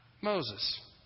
Moses